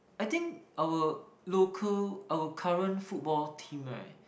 I think our local our current football team [right]